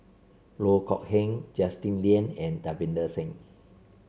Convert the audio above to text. Loh Kok Heng Justin Lean and Davinder Singh